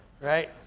right